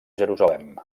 jerusalem